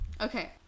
Okay